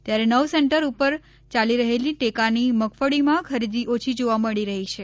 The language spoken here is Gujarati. ત્યારે નવ સેન્ટર ઉપર યાલી રહેલી ટેકાની મગફળીમાં ખરીદી ઓછી જોવા મળી રહી છે